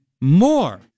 More